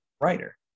writer